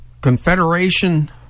Confederation